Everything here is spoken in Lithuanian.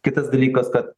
kitas dalykas kad